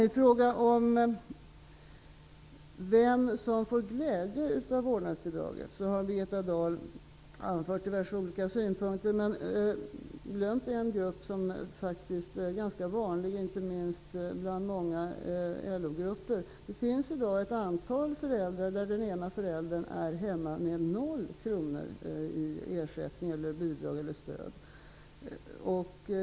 I fråga om vem som får glädje av vårdnadsbidraget har Birgitta Dahl anfört diverse olika synpunkter. Men hon har glömt en grupp som faktiskt är ganska vanlig, inte minst bland LO-medlemmar. Det finns i dag ett antal familjer där den ena föräldern är hemma med 0 kronor i ersättning, bidrag eller stöd.